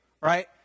right